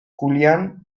julian